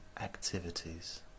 activities